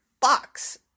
Box